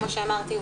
כמו שאמרתי,